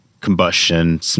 combustion